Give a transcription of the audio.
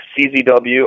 CZW